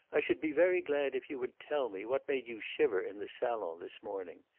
i should be very glad if you would tell me what made you shiver in the salon this morning.